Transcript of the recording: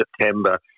September